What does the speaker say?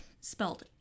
Spelled